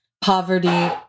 poverty